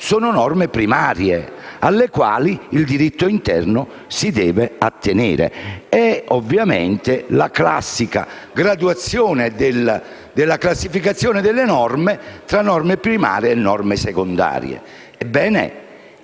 sono norme primarie, alle quali il diritto interno si deve attenere. È, ovviamente, la classica graduazione della classificazione delle norme tra norme primarie e norme secondarie.